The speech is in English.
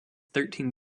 thirteen